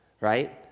right